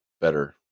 better